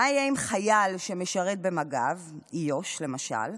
מה יהיה עם חייל שמשרת במג"ב איו"ש, למשל?